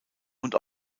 und